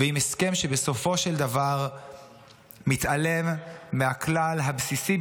ועם הסכם שבסופו של דבר מתעלם מהכלל הבסיסי